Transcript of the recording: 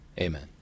Amen